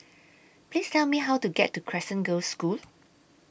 Please Tell Me How to get to Crescent Girls' School